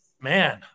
man